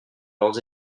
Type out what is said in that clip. leurs